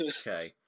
okay